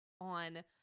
on